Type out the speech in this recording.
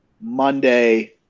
Monday